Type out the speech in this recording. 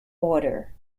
order